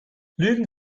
lügen